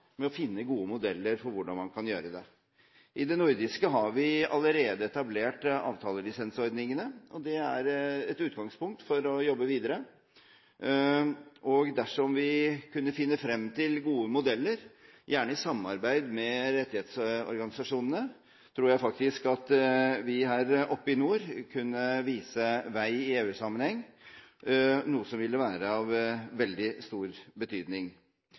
med å finne gode modeller for hvordan man kan gjøre det. I det nordiske har vi allerede etablert avtalelisensordningene, og det er et utgangspunkt for å jobbe videre. Dersom vi kunne finne frem til gode modeller, gjerne i samarbeid med rettighetsorganisasjonene, tror jeg faktisk at vi her oppe i nord kunne vise vei i EU-sammenheng, noe som ville være av veldig stor betydning.